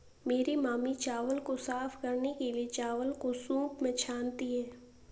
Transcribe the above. मेरी मामी चावल को साफ करने के लिए, चावल को सूंप में छानती हैं